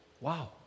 Wow